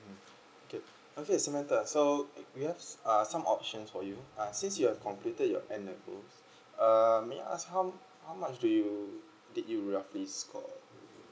mm okay okay samantha so we have uh some options for you uh since you've completed your N level um may I ask how um how much do you did you roughly scored